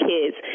Kids